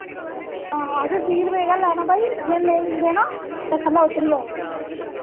हां ते बीह् रपे गै लैना भाई जे नेईं देना ते खल्लै उतरी जाओ